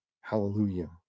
Hallelujah